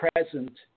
present